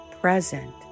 present